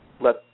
let